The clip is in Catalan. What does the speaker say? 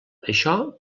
això